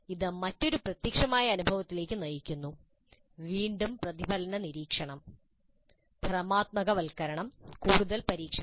ഇത് മറ്റൊരു പ്രത്യക്ഷമായ അനുഭവത്തിലേക്ക് നയിക്കുന്നു വീണ്ടും പ്രതിഫലന നിരീക്ഷണം ഭ്രമാത്മകവൽക്കരണം കൂടുതൽ പരീക്ഷണം